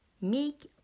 make